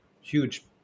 huge